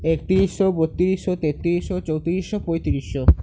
একত্রিশশো বত্রিশশো তেত্রিশশো চৌত্রিশশো পঁয়ত্রিশশো